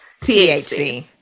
THC